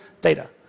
data